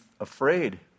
afraid